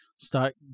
start